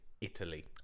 Italy